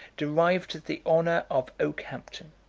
derived the honor of okehampton,